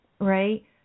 right